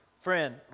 Friend